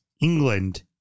England